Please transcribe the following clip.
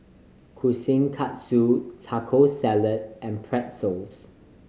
Kushikatsu Taco Salad and Pretzel